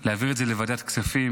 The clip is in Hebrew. ולהעביר את זה לוועדת הכספים,